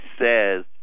says